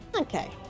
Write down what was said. Okay